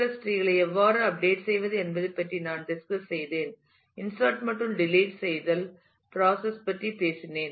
B டிரீகளை எவ்வாறு update செய்வது என்பது பற்றி நான் டிஸ்கஸ் செய்தேன் இன்சர்ட் மற்றும் டெலிட் செய்தல் பிராசஸ் பற்றி பேசினேன்